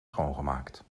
schoongemaakt